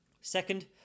Second